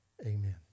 Amen